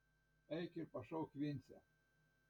eik ir pašauk vincę